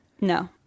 No